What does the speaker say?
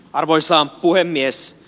arvoisa puhemies